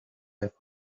have